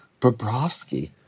Bobrovsky